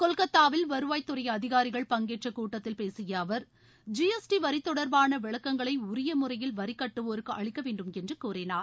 கொல்கத்தாவில் வருவாய் துறை அதிகாரிகள் பங்கேற்ற கூட்டத்தில் பேசிய அவர் ஜிஎஸ்டி வரி தொடர்பான விளக்கங்களை உரிய முறையில் வரிகட்டுவோருக்கு அளிக்க வேண்டும் என்று கூறினார்